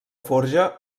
forja